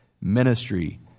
ministry